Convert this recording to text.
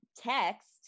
text